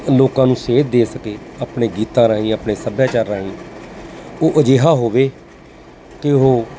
ਲੋਕਾਂ ਨੂੰ ਸੇਧ ਦੇ ਸਕੇ ਆਪਣੇ ਗੀਤਾਂ ਰਾਹੀਂ ਆਪਣੇ ਸੱਭਿਆਚਾਰ ਰਾਹੀਂ ਉਹ ਅਜਿਹਾ ਹੋਵੇ ਕਿ ਉਹ